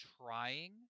trying